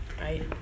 right